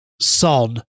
Son